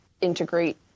integrate